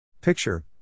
Picture